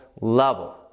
level